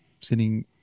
sitting